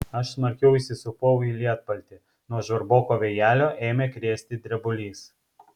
aš smarkiau įsisupau į lietpaltį nuo žvarboko vėjelio ėmė krėsti drebulys